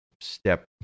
step